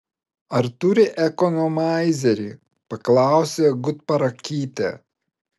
ar turi ekonomaizerį paklausė gutparakytė